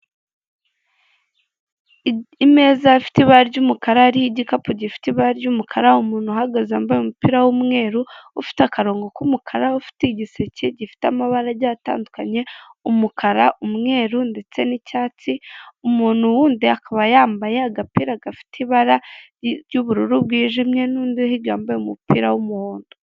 Imeza afite ibara ry'umukara hari igikapu gifite ibara ry'umukara, umuntu uhagaze wambaye umupira w'umweru ufite akarongo k'umukara, ufite igiseke gifite amabara agiye atandukanye, umukara, umweru ndetse n'icyatsi, umuntu wundi akaba yambaye agapira gafite ibara ry'ubururu bwijimye n'undi wo hirya wambaye umupira w'umuhondo.